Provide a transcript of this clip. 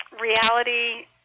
reality